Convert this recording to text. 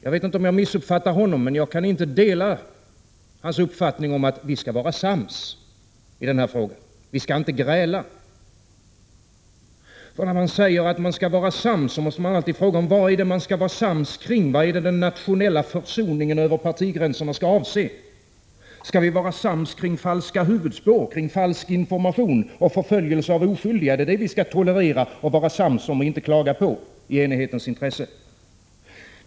Jag vet inte om jag missuppfattar honom, men jag kan inte dela hans uppfattning att vi skall vara sams och inte gräla i den här frågan. När man säger att man skall vara sams måste man alltid veta vad man skall vara sams om — vad är det den nationella försoningen över partigränserna skall avse? Skall vi vara sams kring falska huvudspår, falsk information och förföljelse av oskyldiga? Är det detta vi skall tolerera och inte klaga på, i enighetens intresse?